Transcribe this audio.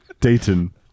Dayton